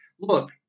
Look